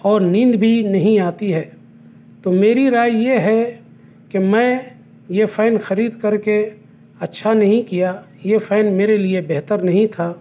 اور نیند بھی نہیں آتی ہے تو میری رائے یہ ہے کہ میں یہ فین خرید کر کے اچھا نہیں کیا یہ فین میرے لیے بہتر نہیں تھا